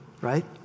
right